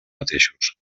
mateixos